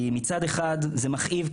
כי מצד אחד זה מכאיב,